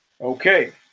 Okay